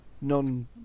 non